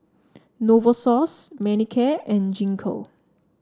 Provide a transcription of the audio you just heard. Novosource Manicare and Gingko